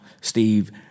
Steve